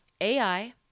AI